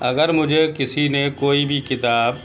اگر مجھے کسی نے کوئی بھی کتاب